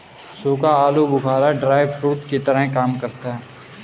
सूखा आलू बुखारा ड्राई फ्रूट्स की तरह काम करता है